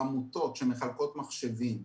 העמותות שמחלקות מחשבים,